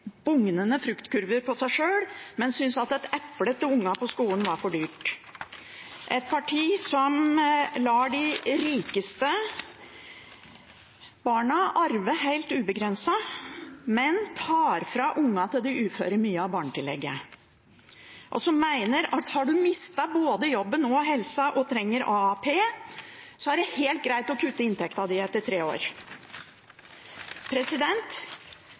bugnende fruktkurver på seg sjøl, men syntes et eple til ungene på skolen var for dyrt, et parti som lar de rikeste barna arve helt ubegrenset, men tar fra ungene til de uføre mye av barnetillegget, og som mener at har du mistet både jobben og helsa og trenger AAP, er det helt greit å kutte i inntekten din etter tre år.